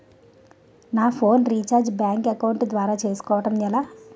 నా phone recharge bank account ద్వారా చేసుకోవటం ఎలా?